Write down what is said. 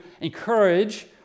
encourage